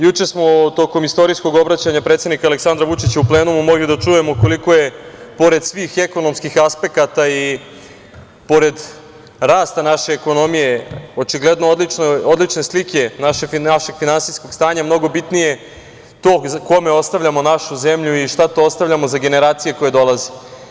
Juče smo tokom istorijskog obraćanja predsednika Aleksandra Vučića u plenumu mogli da čujemo koliko je pored svih ekonomskih aspekta i pored rasta naše ekonomije očigledno odlične slike našeg finansijskog stanja mnogo bitnije to kome ostavljamo našu zemlju i šta to ostavljamo za generacije koje dolaze.